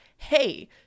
Hey